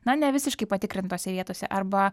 na nevisiškai patikrintose vietose arba